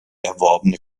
erworbene